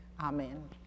amen